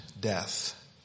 death